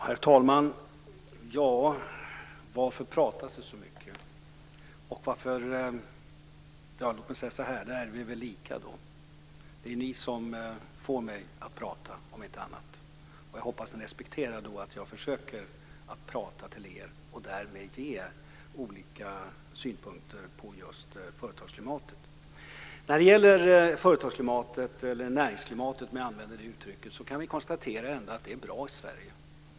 Herr talman! Varför pratas det så mycket? Om inte annat är det ni som får mig att prata. Jag hoppas att ni respekterar att jag försöker prata till er och ge olika synpunkter på företagsklimatet. Vi kan konstatera att näringsklimatet är bra i Sverige.